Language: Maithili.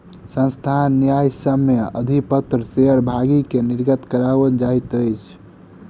संस्थान न्यायसम्य अधिपत्र शेयर भागी के निर्गत कराओल जाइत अछि